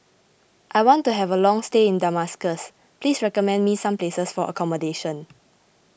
I want to have a long stay in Damascus please recommend me some places for accommodation